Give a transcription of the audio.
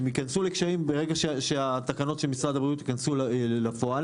הם ייכנסו לקשיים ברגע שהתקנות של משרד הבריאות ייכנסו לפועל.